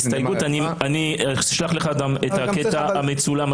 בהסתייגות אני אשלח לך גם את הקטע המצולם,